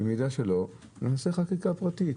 אם לא, נעשה חקיקה פרטית.